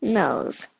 nose